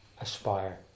aspire